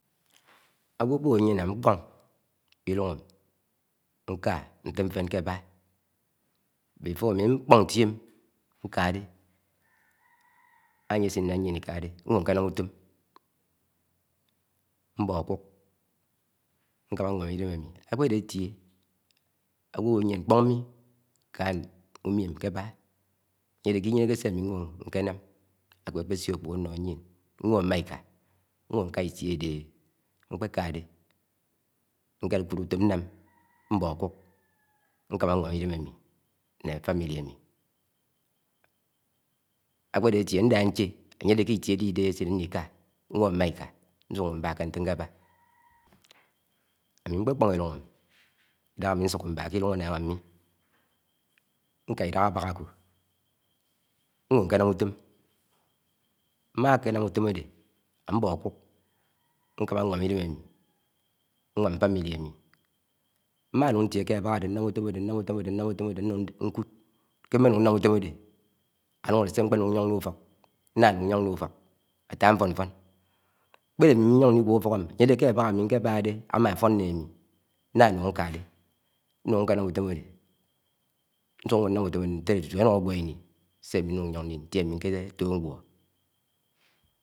Áwọ ákṕewọ m̃mieṉ ná ńkpon ĺlúng ámi nḱá ntéfén nkébá mbémiśọ ámí ḿkpọń Ńtié ámí nkàdé ánié n̄si ílád yéṇ ikáde Nẃọ nkénám utóm mbọ akúk Nkáma nwám idém ami Akpede atie, ágẃọ áwọyien nḱpọn ḿi ká uḿiem keba ayede kiyiehe se ama Nẃọ nkénám, aẃọ akpésió aḱpọ́h́o ánóyien ńẃọhọ mḿa iká nwọ nkã ntie adehe ńkpéká de. Nkékúd utóm nnám mbọ akúk nkámá nwám idém ámi nńe úfok ámi. Akpéde átie nda nche ayédé ké itie ádé idéhé nśe ńlika, nwóhó m̃m̃a iká nsúk nwo ḿbá ke nté nkébá ámi nsúke mbá ké llúṉg annciṇg ámi m̃mi ṉkã idáh́a abák ákon, nwo̱ ńke nam, útọm, m̃má ké nám utom ade ābọ akuk, nkámá nweim idém ami, ḿmá-nun-ntié ké Abák áde ñnám útọm ade núng nkúd ke menun nnam utọm ádé ánu̱n áde sé mḱpeyo̱ng, nyon ndi ufọk nnáyu̱n nyọn nli ufok atá nfo̱nfo̱n kpe̱de̱ ami nyọn nlígẃọ úfoḱ ámi áyéde ké Ábák ámi̱ nkébáhá de ámáfón, ṉne̱ ámi ntánún nká-dé núṉ nkénám út́o̱m ádé nsuk mmo nnam útọḿ ade ṉtélé tútú anye anuk ágwo̱ íni̱ se ami núng nýóṇ ńli̱ itie ami̱ nketo̱o̱ ńgẃo̱